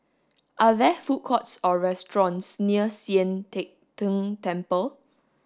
are there food courts or restaurants near Sian Teck Tng Temple